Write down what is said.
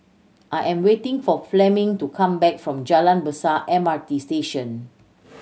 I am waiting for Fleming to come back from Jalan Besar M R T Station